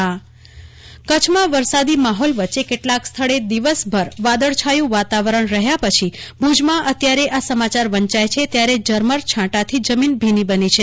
કુલ્પના શાહ કુચ્છમાં ઝાપટા કચ્છમાં વરસાદી માહોલ વચ્ચે કેટલાક સ્થળે દિવસભર વાદળછાયું વાતાવરણ રહ્યા પછી ભુજમાં અત્યારે આ સમાચાર વંચાય છે ત્યારે ઝરમર છાંટાથી જમીન ભીની બની છે